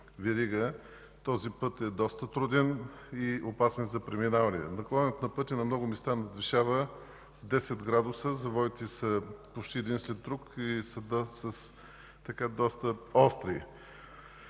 верига. Този път е доста труден и опасен за преминаване. Наклоните на пътя на много места надвишават 10 градуса, а завоите са почти един след друг и са доста остри.